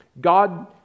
God